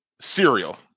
Cereal